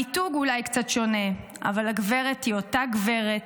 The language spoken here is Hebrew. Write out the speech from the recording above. המיתוג אולי קצת שונה אבל הגברת היא אותה גברת,